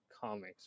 comics